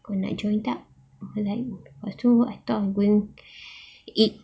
kau nak join tak like I thought of going eat